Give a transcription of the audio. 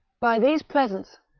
by these presents,